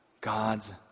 God's